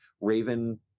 Raven